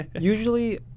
usually